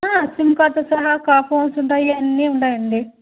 SIM కార్డ్తో సహా క ఫోన్స్ ఉంటాయి అన్నీ ఉన్నాయండి